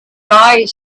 eyes